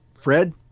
Fred